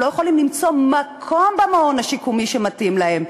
הם לא יכולים למצוא מקום במעון השיקומי שמתאים להם.